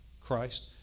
Christ